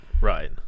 right